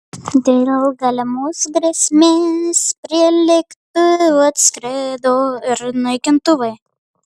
dėl galimos grėsmės prie lėktuvo atskrido ir naikintuvai